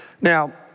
Now